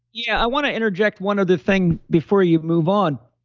yeah. i want to interject one other thing before you move on.